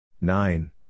nine